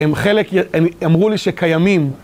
הם חלק, הם אמרו לי שקיימים.